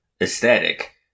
aesthetic